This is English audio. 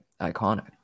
iconic